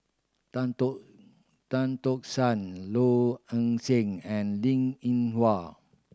Tan Tock Tan Tock San Low Ing Sing and Linn In Hua